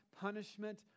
punishment